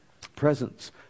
Presence